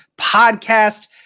podcast